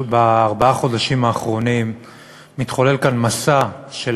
בארבעת החודשים האחרונים מתחולל כאן מסע של